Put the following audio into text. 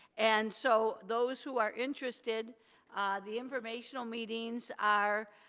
and so those who are interested the informational meetings are,